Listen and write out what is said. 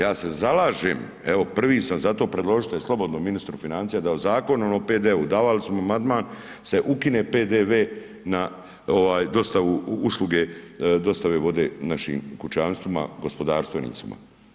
Ja se zalažem, evo prvi sam za to, predložite slobodno ministru financija da Zakonom o PDV-u davali smo amandman, se ukine PDV-e na dostavu usluge dostave vode našim kućanstvima, gospodarstvenicima.